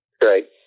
great